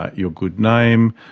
your good name,